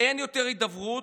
אין יותר הידברות,